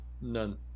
None